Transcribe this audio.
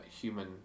human